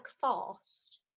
fast